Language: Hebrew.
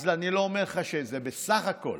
אז אני לא אומר לך, בסך הכול,